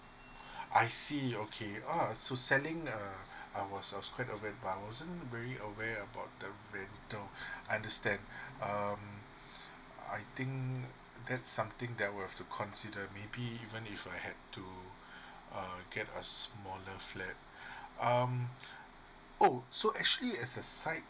I see okay ah so selling uh I was I was quite aware but I wasn't very aware about the rental understand um I think that's something that we have to consider maybe even if I had to uh get a smaller flaat um oh so actually as a side